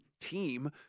team